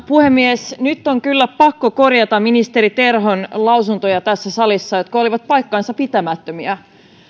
puhemies nyt on kyllä pakko korjata ministeri terhon lausuntoja tässä salissa jotka olivat paikkansapitämättömiä